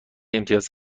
امتیاز